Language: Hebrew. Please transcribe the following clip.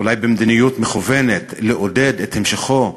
אולי במדיניות מכוונת, לעודד את המשכו,